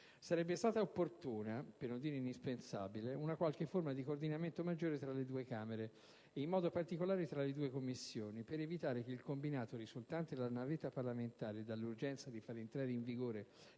Sarebbe stata opportuna, per non dire indispensabile, una qualche forma di coordinamento maggiore tra le due Camere e in modo particolare tra le due Commissioni, per evitare che il combinato risultante dalla navetta parlamentare e dall'urgenza di far entrare in vigore